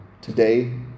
Today